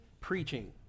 preaching